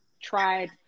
tried